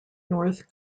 north